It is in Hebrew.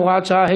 הוראת שעה),